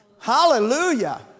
Hallelujah